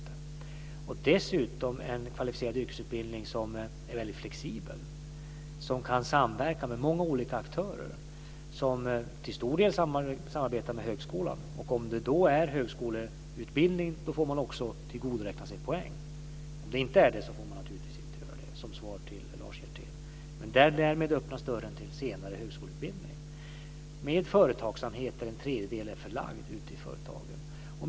Det är dessutom en kvalificerad yrkesutbildning som är väldigt flexibel, som kan samverka med många olika aktörer och som till stor del samarbetar med högskolan. Om det är högskoleutbildning får man också tillgodoräkna sig poäng. Som svar till Lars Hjertén kan jag säga att man naturligtvis inte får göra det om det inte är en högskoleutbildning. Men dörren till senare högskoleutbildning öppnas därmed. Företagsamhet, där en tredjedel är förlagd till företagen, ingår.